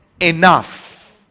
enough